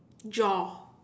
draw